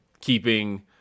keeping